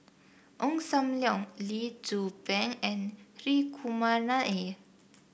Ong Sam Leong Lee Tzu Pheng and Hri Kumar Nair